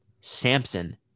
Samson